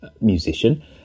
musician